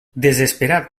desesperat